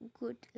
good